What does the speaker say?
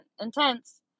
intense